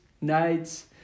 nights